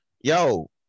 yo